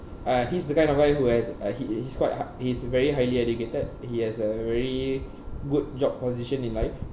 uh he's the kind of guy who has uh he he he's quite h~ he's very highly educated he has a very good job position in life